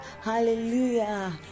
Hallelujah